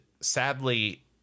sadly